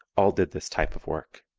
all did this type of work.